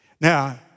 Now